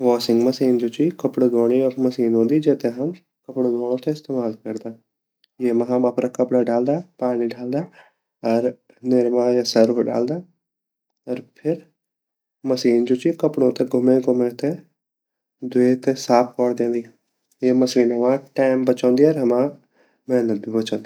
Washing machine जु ची कपडा ध्वांडे योक मशीन वोन्दि जेते हम कपडा ध्वांडो ते इस्तेमाल करदा येमा हम अपरा कपडा डालदा अर निरमा या सर्फ डालदा अर फिर मशीन जु ची कपड़ु ते घूमे घूमे ते कपड़ु ते ध्वे ते साफ़ कर द्योंंदी या मशीन हमा टाइम बाचोंदी अर हमा मेहनत भी बाचोंदी।